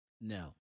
No